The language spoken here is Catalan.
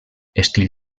estil